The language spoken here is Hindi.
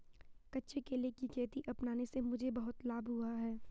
कच्चे केले की खेती अपनाने से मुझे बहुत लाभ हुआ है